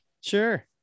sure